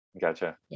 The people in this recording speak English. Gotcha